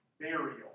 burial